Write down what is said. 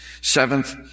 Seventh